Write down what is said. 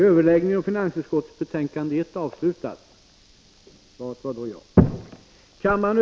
Herr talman!